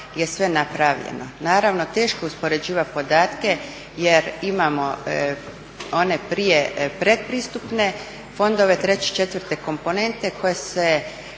Naravno teško je uspoređivati podatke jer imamo one prije pretpristupne fondove 3., 4. komponente koje se